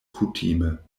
kutime